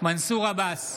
מנסור עבאס,